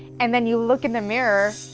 and then you look in the mirror.